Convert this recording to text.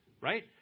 right